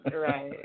right